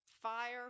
fire